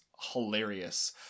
hilarious